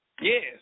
yes